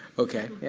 ok. yeah